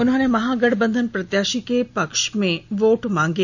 उन्होंने महागठबंधन प्रत्याशी के पक्ष में वोट मांगे